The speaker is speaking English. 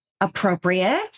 appropriate